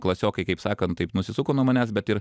klasiokai kaip sakant taip nusisuko nuo manęs bet ir